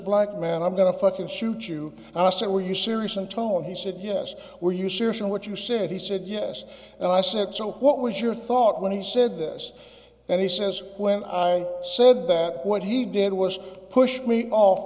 black man i'm going to fucking shoot you and i said were you serious and tone he said yes were you serious in what you said he said yes and i said so what was your thought when he said this and he says when i said that what he did was push me off